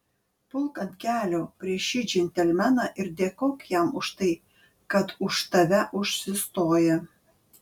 pulk ant kelių prieš šį džentelmeną ir dėkok jam už tai kad už tave užsistoja